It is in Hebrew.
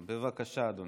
בבקשה, אדוני.